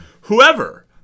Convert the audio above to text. Whoever